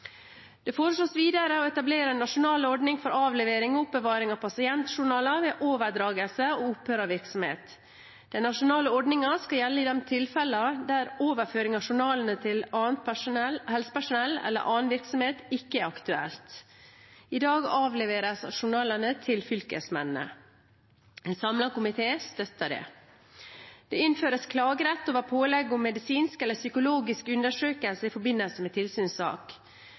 Det foreslås videre å etablere en nasjonal ordning for avlevering og oppbevaring av pasientjournaler ved overdragelse og opphør av virksomhet. Den nasjonale ordningen skal gjelde i de tilfeller der overføring av journalene til annet helsepersonell eller annen virksomhet ikke er aktuelt. I dag avleveres journalene til fylkesmennene. En samlet komité støtter det. Det innføres klagerett over pålegg om medisinsk eller psykologisk undersøkelse i forbindelse med tilsynssak